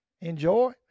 enjoy